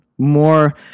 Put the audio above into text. More